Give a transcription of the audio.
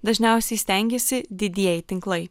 dažniausiai stengiasi didieji tinklai